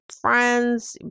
friends